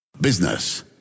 Business